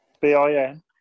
B-I-N